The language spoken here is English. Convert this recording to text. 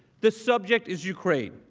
the subject is ukraine.